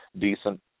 decent